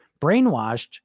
brainwashed